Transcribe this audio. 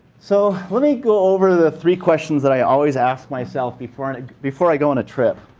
so let me go over the three questions that i always ask myself before and before i go on a trip.